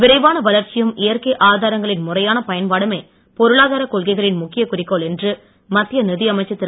விரைவான வளர்ச்சியும் இயற்கை ஆதாரங்களின் முறையான பயன்பாடுமே பொருளாதார கொள்கைகளின் முக்கிய குறிக்கோள் என்று மத்திய நிதியமைச்சர் திரு